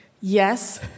yes